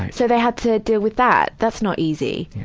so they had to deal with that. that's not easy.